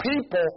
people